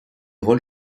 rôles